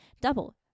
double